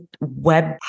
web